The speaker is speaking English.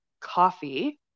coffee